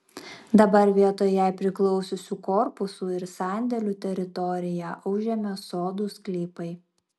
dabar vietoj jai priklausiusių korpusų ir sandėlių teritoriją užėmė sodų sklypai